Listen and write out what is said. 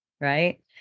Right